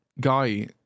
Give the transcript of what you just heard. Guy